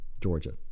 Georgia